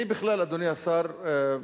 אני בכלל, אדוני השר,